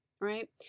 right